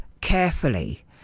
carefully